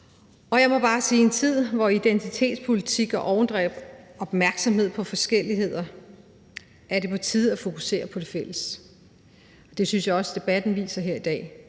Jeg må bare sige, at i en tid med identitetspolitik og overdreven opmærksomhed på forskelligheder er det på tide at fokusere på det fælles, og det synes jeg også debatten viser her i dag,